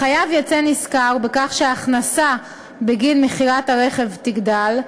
החייב יצא נשכר בכך שההכנסה בגין מכירת הרכב תגדל,